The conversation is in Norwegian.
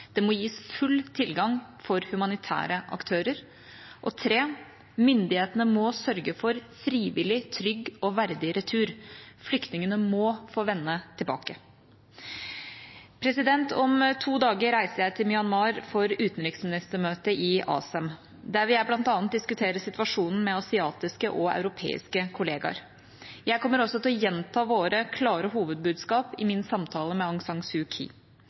Det må gis full tilgang for humanitære aktører. Myndighetene må sørge for frivillig, trygg og verdig retur. Flyktningene må få vende tilbake. Om to dager reiser jeg til Myanmar for utenriksministermøtet i ASEM. Der vil jeg bl.a. diskutere situasjonen med asiatiske og europeiske kollegaer. Jeg kommer også til å gjenta våre klare hovedbudskap i min samtale med